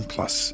Plus